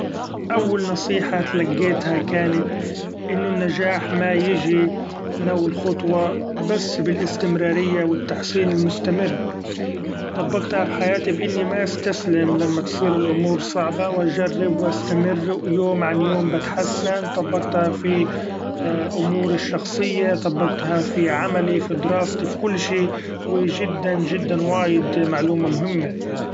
أول نصيحة تلقيتها كانت إنو النجاح ما يجي من أول خطوه ، بس بالإستمرارية و التحسين المستمر طبقتها بحياتي بإني ما استسلم لما تصير الأمور صعبة ،وأجرب واستمر يوم عن يوم بتحسن ، طبقتها في أموري الشخصية ، طبقتها في عملي ، ف دراستي ، ف كل شي و جدا جدا وايد معلومة مهمة.